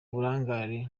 uburangare